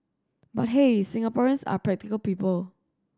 but hey Singaporeans are practical people